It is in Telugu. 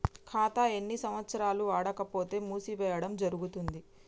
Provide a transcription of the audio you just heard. ఖాతా ఎన్ని సంవత్సరాలు వాడకపోతే మూసివేయడం జరుగుతుంది?